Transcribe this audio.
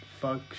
Fuck